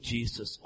Jesus